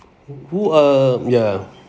who are ya